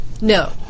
no